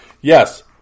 yes